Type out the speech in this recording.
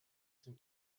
tym